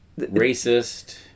racist